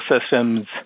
Systems